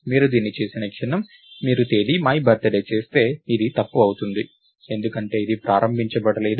మీరు దీన్ని చేసిన క్షణం మీరు తేదీ మై బర్తడే చేస్తే ఇది తప్పు అవుతుంది ఎందుకంటే ఇది ప్రారంభించబడలేదు